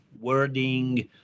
wording